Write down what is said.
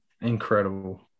Incredible